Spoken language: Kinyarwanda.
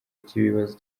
cy’ibibazo